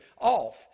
off